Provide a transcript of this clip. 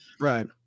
Right